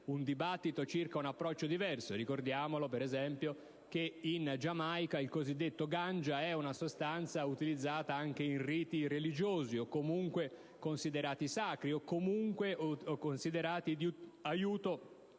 un dibattito circa un approccio diverso. Ricordiamo, ad esempio, che in Giamaica la cosiddetta *ganja* è una sostanza utilizzata anche in riti religiosi o comunque considerati sacri o di aiuto